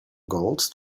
gold